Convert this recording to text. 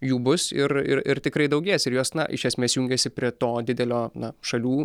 jų bus ir ir ir tikrai daugės ir jos na iš esmės jungiasi prie to didelio na šalių